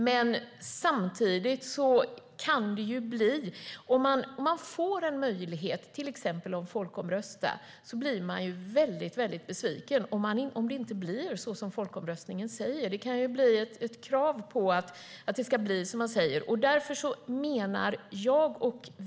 Men får man möjlighet att folkomrösta blir man väldigt besviken om det inte blir så som folkomröstningen säger, och det kan bli krav på att det ska bli som den säger.